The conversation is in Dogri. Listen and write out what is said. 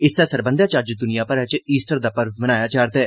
इस्सै सरबंधै च अज्ज दुनिया भरै च ईस्टर दा पर्व मनाया जा'रदा ऐ